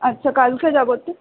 আচ্ছা কালকে যাবো তো